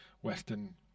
Western